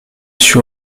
sur